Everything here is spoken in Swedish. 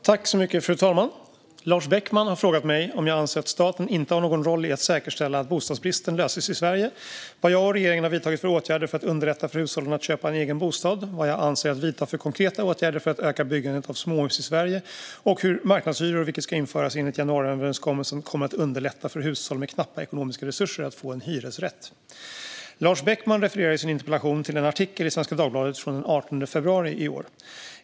Fru talman! Lars Beckman har frågat mig om jag anser att staten inte har någon roll i att säkerställa att bostadsbristen löses i Sverige, vad jag och regeringen har vidtagit för åtgärder för att underlätta för hushållen att köpa en egen bostad, vad jag avser att vidta för konkreta åtgärder för att öka byggandet av småhus i Sverige och hur marknadshyror, vilket ska införas enligt januariöverenskommelsen, kommer att underlätta för hushåll med knappa ekonomiska resurser att få en hyresrätt. Lars Beckman refererar i sin interpellation till en artikel i Svenska Dagbladet från den 18 februari i år.